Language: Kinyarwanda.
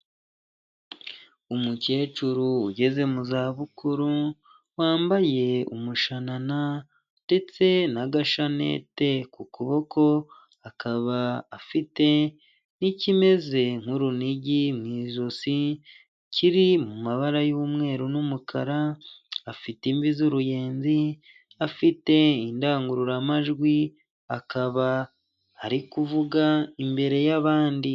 Umukecuru ugeze mu zabukuru wambaye umushanana ndetse n'agashanete ku kuboko, akaba afite n'ikimeze nk'urunigi mu ijosi kiri mu mabara y'umweru n'umukara, afite imvi z'uruyenzi afite indangururamajwi akaba ari kuvuga imbere y'abandi.